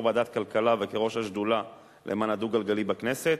ועדת הכלכלה וכראש השדולה למען הדו-גלגלי בכנסת,